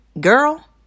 girl